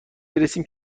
برسیم